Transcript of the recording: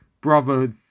Brotherhood